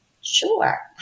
Sure